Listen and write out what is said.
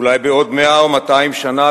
אולי בעוד 100 או 200 שנה,